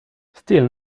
still